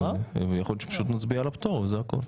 אז יכול להיות שפשוט נצביע על הפטור וזה הכול.